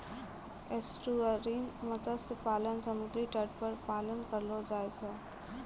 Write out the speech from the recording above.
estuarine मत्स्य पालन समुद्री तट पर पालन करलो जाय छै